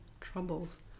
troubles